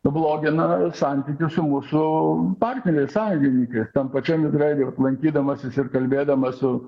pablogina santykius su mūsų partneriais sąjungininkais tam pačiam izraely ir aplankydamasis ir kalbėdamas su